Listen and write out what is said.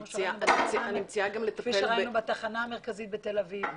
ראינו בתחנה המרכזית בתל אביב.